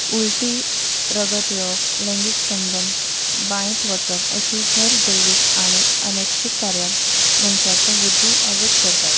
उल्टी रगत येवप लैंगीक संबंद बांयत वचप अशी हेर जैवीक आनी अनेकशीं कार्यांक मनशाचो बुद्धी अवैध करतात